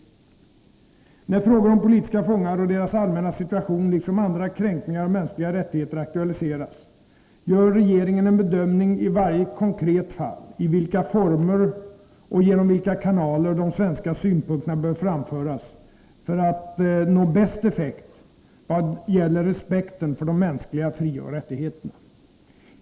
När frågorna om politiska fångar och deras allmänna situation liksom andra kränkningar av mänskliga rättigheter aktualiseras gör regeringen en bedömning i varje konkret fall av i vilka former och genom vilka kanaler de svenska synpunkterna bör framföras för att nå bästa effekt vad gäller 141 av vissa frågor vid officiellt besök från Cuba respekten för de mänskliga frioch rättigheterna.